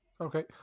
Okay